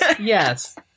Yes